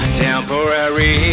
temporary